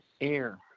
air